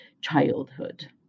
childhood